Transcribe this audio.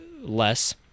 less